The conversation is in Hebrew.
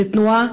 לתנועה,